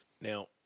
Now